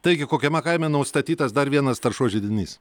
taigi kokiame kaime nustatytas dar vienas taršos židinys